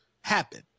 happen